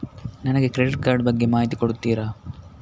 ನನಗೆ credit card ಬಗ್ಗೆ ಮಾಹಿತಿ ಕೊಡುತ್ತೀರಾ?